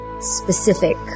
specific